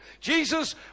Jesus